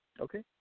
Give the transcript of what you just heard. Okay